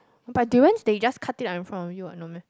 but durians they just cut it in front of you ah no meh